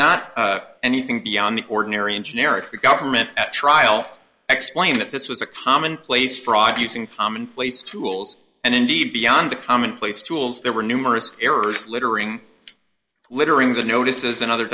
not anything beyond the ordinary engineer of the government at trial explained that this was a commonplace fraud using commonplace tools and indeed beyond the commonplace tools there were numerous errors littering littering the notices and other